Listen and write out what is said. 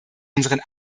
unseren